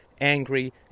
angry